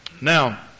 Now